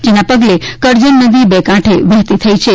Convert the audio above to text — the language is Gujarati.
તેના પગલે કરજણ નદી બે કાંઠે વહેતી થઈ છે